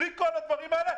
בלי כל הדברים האלה,